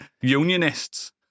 unionists